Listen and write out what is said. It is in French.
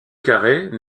carey